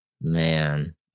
Man